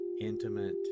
intimate